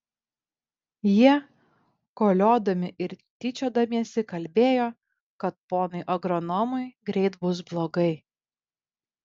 jie koliodami ir tyčiodamiesi kalbėjo kad ponui agronomui greit bus blogai